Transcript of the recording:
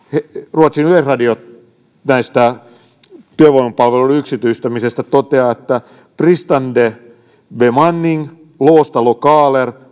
ruotsin yleisradio toteaa työvoimapalveluiden yksityistämisestä että bristande bemanning låsta lokaler